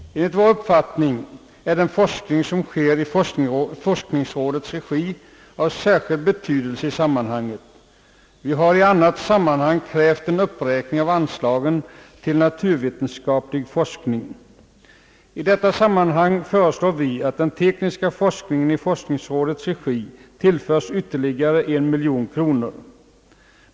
Enligt vår uppfattning är den forskning som sker i forskningsrådets regi av särskild betydelse. Vi har i annat sammanhang krävt en uppräkning av anslagen till naturvetenskaplig forskning. I detta sammanhang föreslår vi att den tekniska forsk ningen i forskningsrådets regi tillförs ytterligare en miljon kronor.